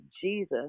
Jesus